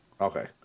Okay